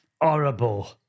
horrible